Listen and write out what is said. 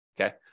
Okay